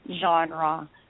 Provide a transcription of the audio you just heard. genre